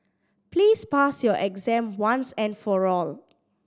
please pass your exam once and for all